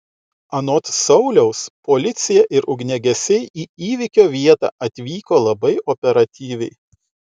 anot sauliaus policija ir ugniagesiai į įvykio vietą atvyko labai operatyviai